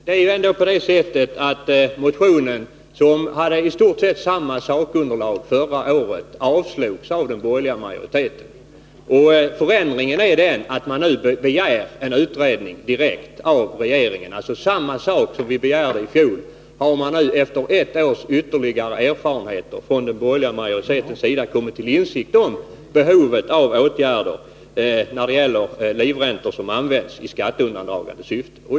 Herr talman! Bara kort: Föregående års motion, som hade i stort sett samma sakunderlag som årets, avslogs av den borgerliga majoriteten. Den förändring som skett är att utskottet nu begär en utredning direkt av regeringen, dvs. precis det vi krävde i fjol. Efter ett års ytterligare erfarenheter har nu den borgerliga majoriteten kommit till insikt om behovet av åtgärder när det gäller livräntor som används i skatteundandragande syfte.